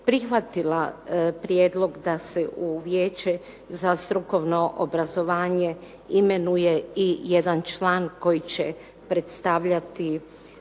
prihvatila prijedlog da se u Vijeće za strukovno obrazovanje imenuje i jedan član koji će predstavljati